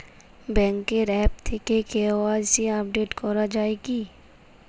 ব্যাঙ্কের আ্যপ থেকে KYC update করা যায় কি?